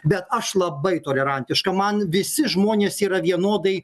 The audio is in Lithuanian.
bet aš labai tolerantiška man visi žmonės yra vienodai